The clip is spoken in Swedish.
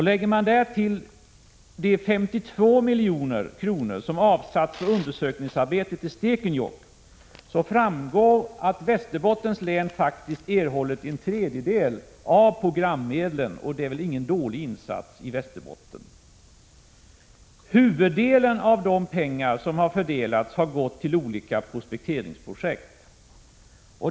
Lägger man därtill de 52 milj.kr. som avsatts för undersökningsarbete då det gäller Stekenjokk framgår att Västerbottens län faktiskt erhållit en tredjedel av programmedlen, och det är ingen dålig insats som därmed görs för Västerbotten. Huvuddelen av de pengar som har fördelats har gått till olika prospekteringsprojekt.